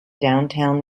downtown